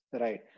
Right